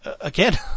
again